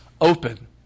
open